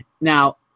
Now